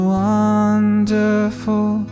wonderful